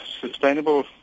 sustainable